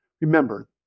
Remember